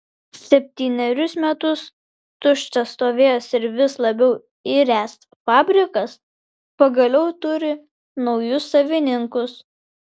septynerius metus tuščias stovėjęs ir vis labiau iręs fabrikas pagaliau turi naujus savininkus